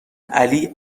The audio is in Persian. علی